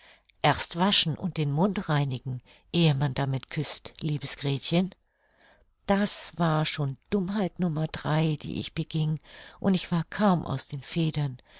erst waschen und den mund reinigen ehe man damit küßt liebes gretchen das war schon dummheit nummer drei die ich beging und ich war kaum aus den federn